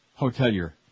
Hotelier